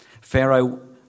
Pharaoh